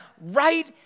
right